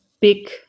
big